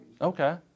Okay